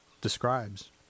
describes